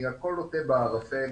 כי הכל לוט בערפל.